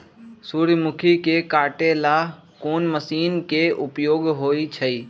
सूर्यमुखी के काटे ला कोंन मशीन के उपयोग होई छइ?